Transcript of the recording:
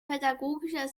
pädagogischer